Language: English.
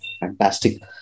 Fantastic